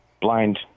Blind